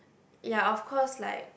ya of course like